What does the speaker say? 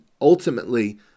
ultimately